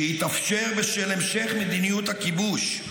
שהתאפשר בשל המשך מדיניות הכיבוש,